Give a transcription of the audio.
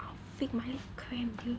I think my leg cramp already